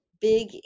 big